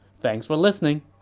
thanks for listening